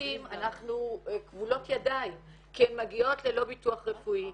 במקלטים אנחנו כבולות ידיים כי הן מגיעות ללא ביטוח רפואי,